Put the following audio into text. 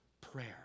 prayer